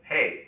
Hey